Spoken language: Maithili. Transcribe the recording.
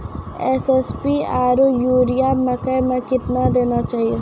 एस.एस.पी आरु यूरिया मकई मे कितना देना चाहिए?